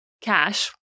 cash